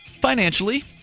financially